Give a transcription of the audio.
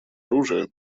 оружия